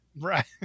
Right